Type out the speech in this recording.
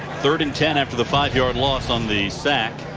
third and ten after the five yard loss on the sack.